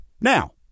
Now